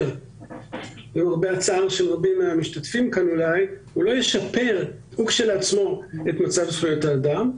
למרבה הצער של רבים מהמשתתפים כאן הוא לא ישפר את מצב זכויות האדם,